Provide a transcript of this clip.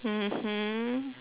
mmhmm